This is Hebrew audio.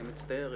אני מצטערת.